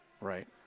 Right